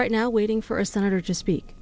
right now waiting for a senator just speak